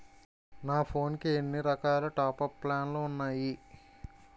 నా ఫోన్ కి ఎన్ని రకాల టాప్ అప్ ప్లాన్లు ఉన్నాయి?